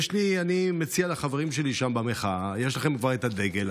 אני מציע לחברים שלי שם במחאה: יש לכם כבר את הדגל,